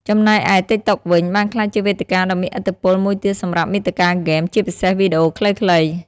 ចំណែកឯ ទីកតុក វិញ បានក្លាយជាវេទិកាដ៏មានឥទ្ធិពលមួយទៀតសម្រាប់មាតិកាហ្គេម ជាពិសេសវីដេអូខ្លីៗ។